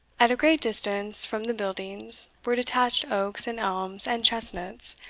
at a greater distance from the buildings were detached oaks and elms and chestnuts,